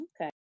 Okay